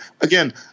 again